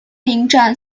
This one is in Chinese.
影展